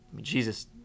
Jesus